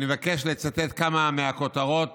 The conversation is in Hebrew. אני מבקש לצטט כמה מהכותרות